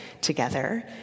together